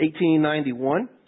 1891